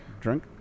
drink